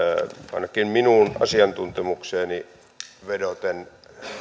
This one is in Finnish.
ainakin minun asiantuntemukseeni vedoten